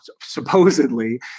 supposedly